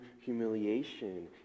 humiliation